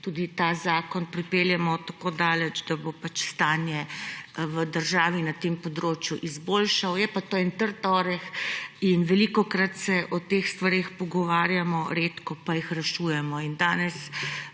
tudi ta zakon pripeljemo tako daleč, da bo pač stanje v državi na tem področju izboljšal. Je pa to en trd oreh in velikokrat se o teh stvareh pogovarjamo, redko pa jih rešujemo. Danes